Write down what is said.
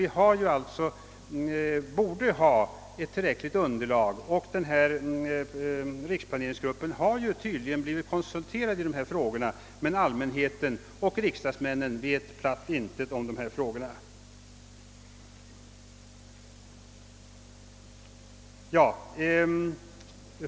Vi borde nu ha tillräckligt underlag, och riksplaneringsgruppen har tydligen blivit konsulterad i dessa frågor, men allmänheten och riksdagsmännen vet platt intet.